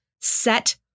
set